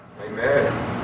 Amen